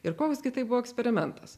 ir koks gi tai buvo eksperimentas